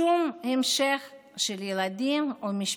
שום המשך של ילדים ומשפחה.